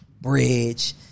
bridge